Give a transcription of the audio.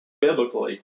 biblically